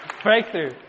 breakthrough